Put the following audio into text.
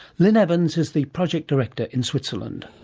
lyn evans is the project director in switzerland.